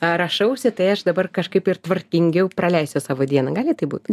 rašausi tai aš dabar kažkaip ir tvarkingiau praleisiu savo dieną gali taip būt